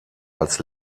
als